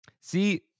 See